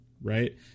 Right